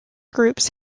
groups